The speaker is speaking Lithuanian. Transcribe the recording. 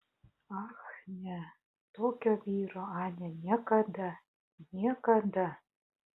ach ne tokio vyro anė niekada niekada